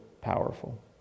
powerful